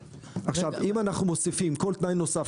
עכשיו אם אנחנו מוסיפים כל תנאי נוסף,